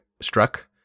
struck